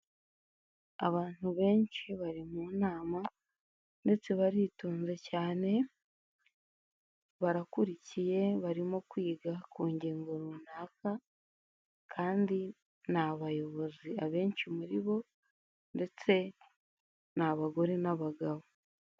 Abantu benshi bari mu nama ndetse baritonze cyane, barakurikiye barimo kwiga ku ngingo runaka kandi ni abayobozi abenshi muri bo ndetse ni abagore n'abagabo.